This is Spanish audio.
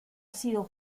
sido